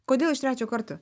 kodėl iš trečio karto